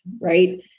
right